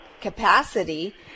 capacity